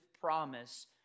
promise